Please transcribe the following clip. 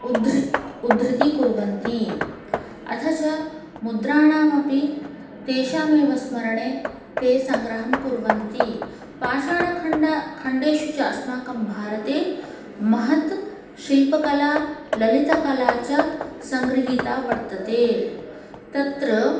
उद्धृत् उद्धृतीकुर्वन्ति अथ च मुद्राणामपि तेषामेव स्मरणे ते सङ्ग्रहं कुर्वन्ति पाषाणखण्ड खण्डेषु च अस्माकं भारते महत् शिल्पकला ललितकला च सङ्गृहीता वर्तते तत्र